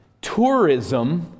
tourism